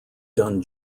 done